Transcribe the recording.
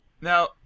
Now